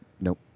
Nope